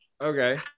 Okay